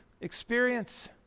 experience